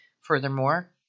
Furthermore